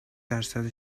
درصد